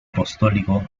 apostólico